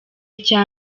icya